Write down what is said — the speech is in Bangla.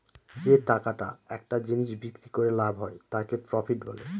যে টাকাটা একটা জিনিস বিক্রি করে লাভ হয় তাকে প্রফিট বলে